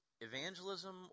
evangelism